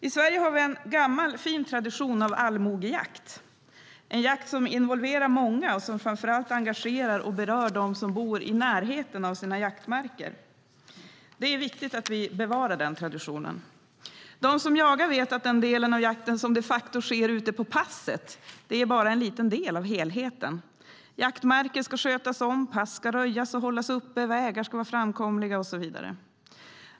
I Sverige har vi en gammal fin tradition av allmogejakt. Det är en jakt som involverar många och som framför allt engagerar och berör dem som bor i närheten av sina jaktmarker. Det är viktigt att vi bevarar den traditionen. De som jagar vet att den delen av jakten som de facto sker ute på passet bara är en liten del av helheten. Jaktmarker ska skötas om, pass ska röjas och hållas öppna, vägar vara framkomliga och så vidare.